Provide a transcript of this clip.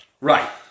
Right